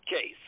case